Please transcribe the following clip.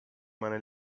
meiner